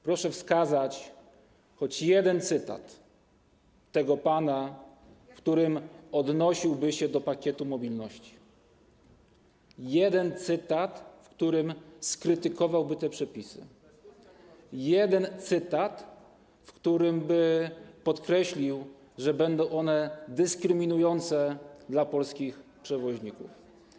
Proszę wskazać choć jeden cytat z tego pana, w którym odnosiłby się do Pakietu Mobilności, jeden cytat, w którym skrytykowałby te przepisy, jeden cytat, w którym by podkreślił, że będą one dyskryminujące dla polskich przewoźników.